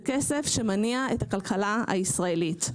זה כסף שמניע את הכלכלה הישראלית.